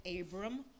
Abram